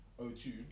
o2